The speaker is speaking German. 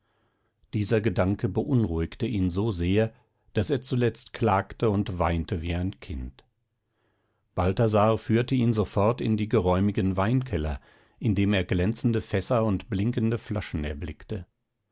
dieser gedanke beunruhigte ihn so sehr daß er zuletzt klagte und weinte wie ein kind balthasar führte ihn sofort in den geräumigen weinkeller in dem er glänzende fässer und blinkende flaschen erblickte